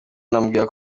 anamubwira